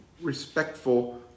respectful